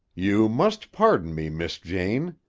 you must pardon me, miss jane,